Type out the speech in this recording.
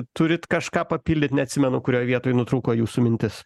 turit kažką papildyt neatsimenu kurioj vietoj nutrūko jūsų mintis